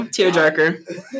Tearjerker